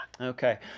Okay